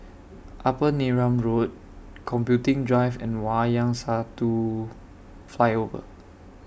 Upper Neram Road Computing Drive and Wayang Satu Flyover